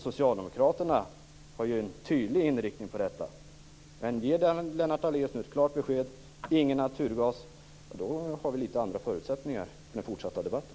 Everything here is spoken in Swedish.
Socialdemokraterna har ju en tydlig inriktning på detta. Ger nu Lennart Daléus ett klart besked att det inte skall vara någon naturgas har vi litet andra förutsättningar i den fortsatta debatten.